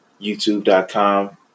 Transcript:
youtube.com